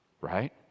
right